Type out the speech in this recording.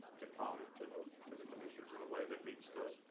to comment to the to the commissioners in a way that meets the